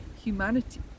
humanity